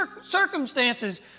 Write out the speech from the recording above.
circumstances